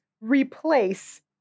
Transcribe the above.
replace